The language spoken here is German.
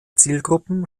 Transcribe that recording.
zielgruppen